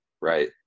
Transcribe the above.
Right